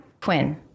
Quinn